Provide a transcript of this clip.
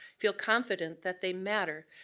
feel confident that they matter,